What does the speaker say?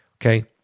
Okay